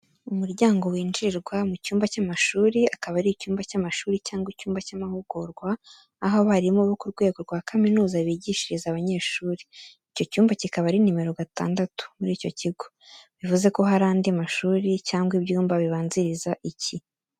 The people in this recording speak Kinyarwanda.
Umuryango winjirirwa mu cyumba cy’amashuri, akaba ari icyumba cy’amashuri cyangwa icyumba cy’amahugurwa, aho abarimu bo ku rwego rwa kaminuza bigishiriza abanyeshuri. Icyo cyumba kikaba ari nimero gatandatu muri icyo kigo, bivuze ko hari andi mashuri cyangwa ibyumba bibanziriza iki.